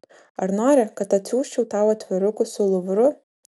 ar nori kad atsiųsčiau tau atvirukų su luvru